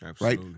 right